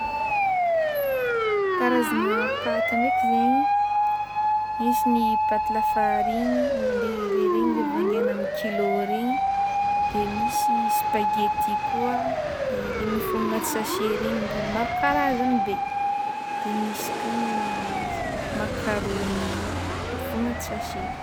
Karazagna paty ndraiky zegny misy ny paty lafariny de regny ilay vangaina amin'ny kilo regny de misy spaghetti koa le mifono agnaty sachet regny de maro karazagny be, de misy koa ny makarony mifono agnaty sachet ka.